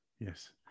yes